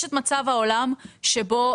יש את מצב העולם הראשון,